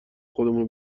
خودمونه